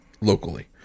locally